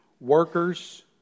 Workers